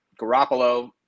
Garoppolo